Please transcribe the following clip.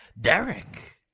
Derek